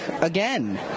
again